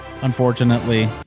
unfortunately